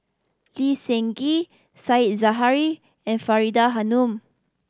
Lee Seng Gee Said Zahari and Faridah Hanum